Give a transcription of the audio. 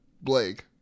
Blake